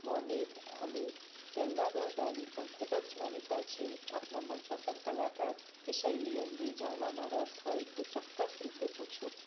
Monet અને Salvador Dali પણ ખૂબ જ માનીતા છે આપના મનપસંદ કલાકાર કે શૈલી અંગે જાણવામાં રસ હોય તો ચોક્કસ રીતે પૂછો